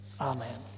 Amen